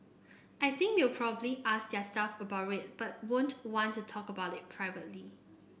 I think they'll probably ask their staff about it but won't want to talk about it publicly